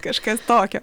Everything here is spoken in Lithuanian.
kažkas tokio